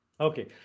Okay